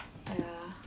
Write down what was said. !aiya!